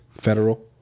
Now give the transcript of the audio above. federal